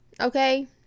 Okay